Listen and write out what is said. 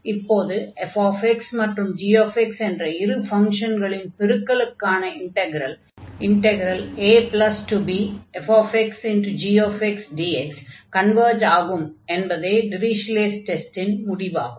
அப்போது fx மற்றும் gx என்ற இரு ஃபங்ஷன்களின் பெருக்கலுக்கான இன்டக்ரல் abfxgxdx கன்வர்ஜ் ஆகும் என்பதே டிரிஷ்லே'ஸ் டெஸ்டின் Dirichlet's test முடிவாகும்